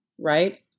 right